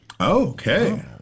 Okay